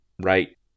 right